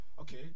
Okay